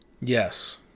Yes